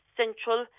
central